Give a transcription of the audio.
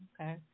Okay